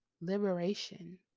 liberation